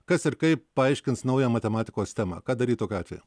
kas ir kaip paaiškins naują matematikos temą ką daryt tokiu atveju